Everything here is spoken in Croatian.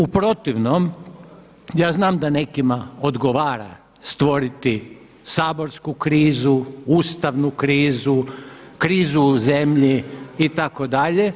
U protivnom, ja znam da nekima odgovara stvoriti saborsku krizu, ustavnu krizu, krizu u zemlji itd.